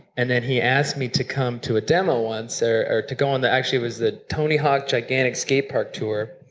and then he asked me to come to demo once, or or to go on the actually it was the tony hawk gigantic skate park tour.